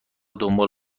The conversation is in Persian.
دنبال